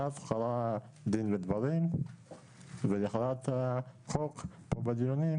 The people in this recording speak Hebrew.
ואז קרה דין ודברים ולקראת החוק פה בדיונים